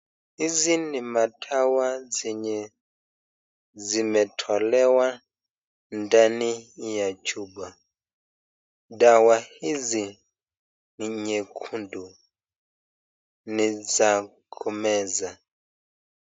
Hizi ni madawa zenye zimetolewa ndani ya chupa. Dawa hizi ni nyekundu ni za kumeza.